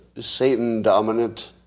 Satan-dominant